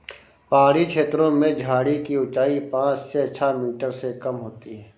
पहाड़ी छेत्रों में झाड़ी की ऊंचाई पांच से छ मीटर से कम होती है